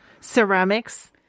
Ceramics